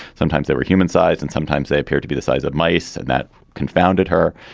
sometimes they were human sized, and sometimes they appear to be the size of mice. and that confounded her.